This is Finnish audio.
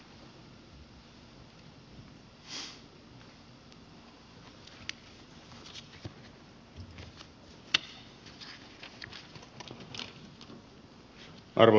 arvoisa puhemies